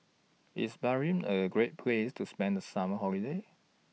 IS Bahrain A Great Place to spend The Summer Holiday